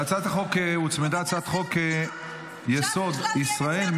להצעת החוק הוצמדה הצעת חוק-יסוד: ישראל,